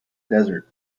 desert